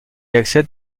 accède